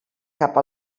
cap